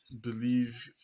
believe